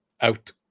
out